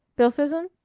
bilphism?